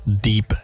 Deep